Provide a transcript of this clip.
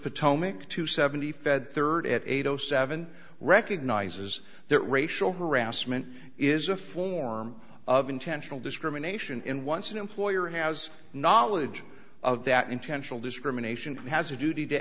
potomac two seventy fed third at eight o seven recognizes that racial harassment is a form of intentional discrimination in once an employer has knowledge of that intentional discrimination has a duty to